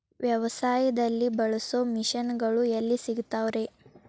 ವ್ಯವಸಾಯದಲ್ಲಿ ಬಳಸೋ ಮಿಷನ್ ಗಳು ಎಲ್ಲಿ ಸಿಗ್ತಾವ್ ರೇ?